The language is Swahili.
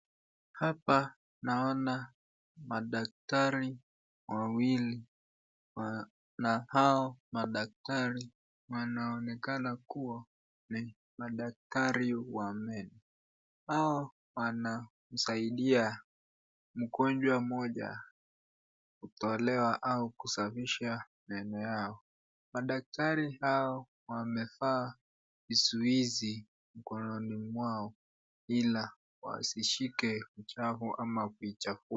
Hapa naona madaktari wawili na hao madaktari wanaonekana kuwa daktari wa meno . Hao wanasaidia mgonjwa mmoja kutolewa au kusafisha meno yao , Madaktari hao wamevaa vizuizi mkononi mwao ila wasishike uchafu au kujichafua.